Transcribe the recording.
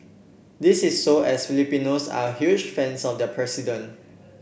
this is so as Filipinos are huge fans of their president